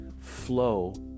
flow